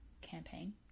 campaign